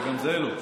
גם זה לא.